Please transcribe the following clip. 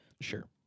Sure